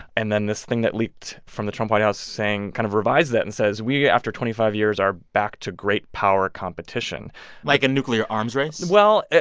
and then this thing that leaked from the trump white house saying kind of revised that and says, we, after twenty five years, are back to great power competition like, a nuclear arms race? well,